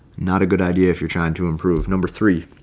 not a good idea if you're trying to improve number three,